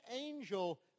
angel